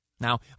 Now